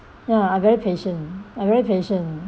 ya I very patient I very patient